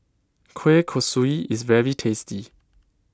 Kueh Kosui is very tasty